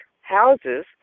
houses